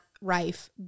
Rife